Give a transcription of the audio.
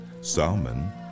Salmon